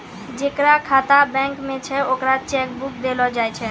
जेकर खाता बैंक मे छै ओकरा चेक बुक देलो जाय छै